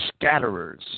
scatterers